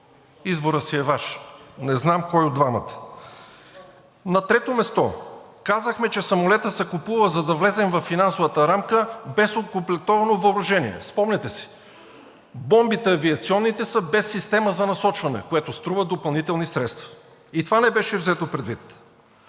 Изборът си е Ваш, не знам кой от двамата. На трето място, казахме, че самолетът се купува, за да влезем във финансовата рамка, без окомплектувано въоръжение – спомняте си. Бомбите, авиационните, са без система за насочване, което струва допълнителни средства. И това не беше взето предвид.